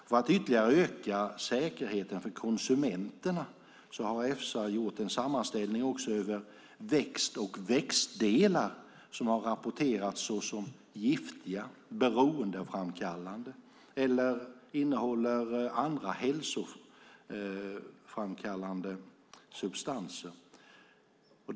För att ytterligare öka säkerheten för konsumenterna har Efsa gjort en sammanställning också över växter och växtdelar som har rapporteras som giftiga, beroendeframkallande eller som innehåller andra hälsovådliga substanser.